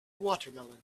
watermelon